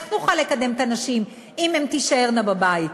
איך נוכל לקדם את הנשים אם הן תישארנה בבית?